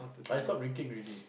I stop drinking already